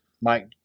Mike